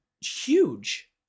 huge